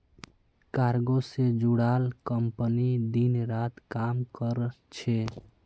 cargo से जुड़ाल company दिन रात काम कर छे